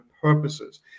purposes